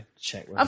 Check